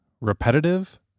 repetitive